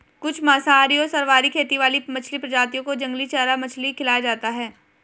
कुछ मांसाहारी और सर्वाहारी खेती वाली मछली प्रजातियों को जंगली चारा मछली खिलाया जाता है